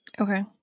Okay